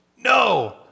No